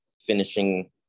finishing